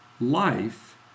life